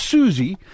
Susie